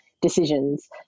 decisions